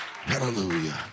Hallelujah